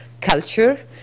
culture